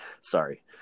sorry